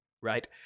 right